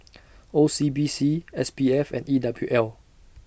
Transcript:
O C B C S P F and E W L